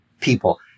people